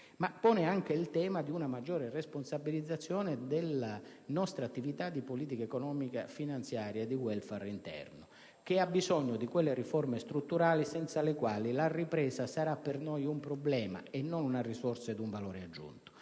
Si pone anche il tema, però, di una maggiore responsabilizzazione della nostra attività di politica economica, finanziaria e di *welfare* interno, che ha bisogno di quelle riforme strutturali, senza le quali la ripresa sarà per noi un problema e non una risorsa ed un valore raggiunto.